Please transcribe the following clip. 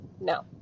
no